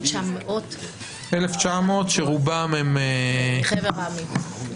1,900, שרובם מחבר העמים.